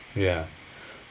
ya